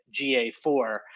GA4